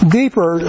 deeper